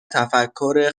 تفکر